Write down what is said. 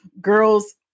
Girls